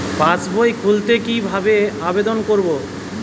পাসবই খুলতে কি ভাবে আবেদন করব?